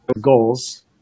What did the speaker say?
goals